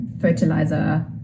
fertilizer